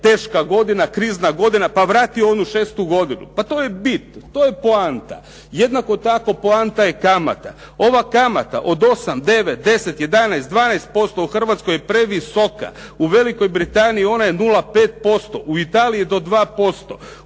teška godina, krizna godina, pa vrati onu šestu godinu. Pa to je bit, to je poanta. Jednako tako poanta je kamata. Ova kamata od 8, 9, 10, 11, 12% u Hrvatskoj je previsoka. U Velikoj Britaniji ona je 0,5%, u Italiji do 2%,